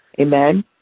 Amen